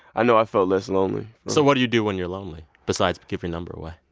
i know i felt less lonely so what do you do when you're lonely besides but give your number away?